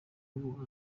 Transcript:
ubu